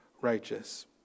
righteous